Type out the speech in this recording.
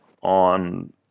on